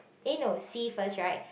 eh no C first right